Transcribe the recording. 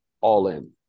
all-in